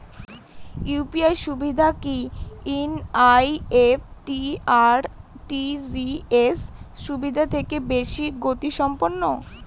UPI সুবিধা কি NEFT আর আর.টি.জি.এস সুবিধা থেকে বেশি গতিসম্পন্ন?